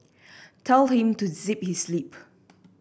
tell him to zip his lip